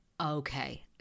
Okay